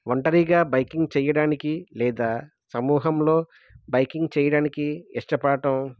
ఒంటరిగా బైకింగ్ చేయడానికి లేదా సమూహంలో బైకింగ్ చేయడానికి ఇష్టపడటం